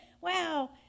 Wow